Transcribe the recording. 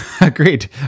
Agreed